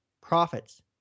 Profits